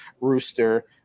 Rooster